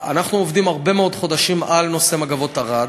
אנחנו עובדים הרבה מאוד חודשים על נושא "מגבות ערד",